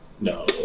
no